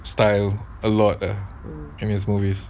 style a lot uh in his movies